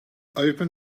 open